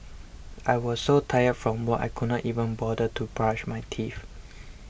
I was so tired from work I could not even bother to brush my teeth